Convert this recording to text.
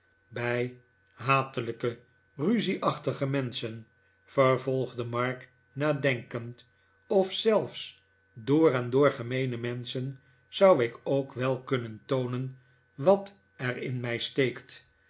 bij hatelijke ruzieachtige menschen vervolgde mark nadenkend of zelfs door en door gemeene menschen zou ik ook wel kunnen toonen wat er in mij steekt